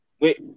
Wait